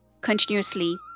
continuously